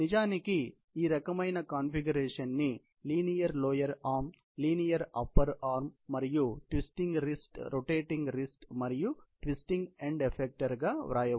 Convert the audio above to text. నిజానికి ఈ రకమైన కాన్ఫిగరేషన్ ని linear lower arm linear upper arm మరియు ట్విస్టింగ్ రిస్ట్ రొటేటింగ్ రిస్ట్ మరియు ట్విస్టింగ్ ఎండ్ ఎఫెక్టర్ గా వ్రాయవచ్చు